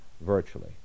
virtually